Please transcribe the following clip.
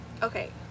Okay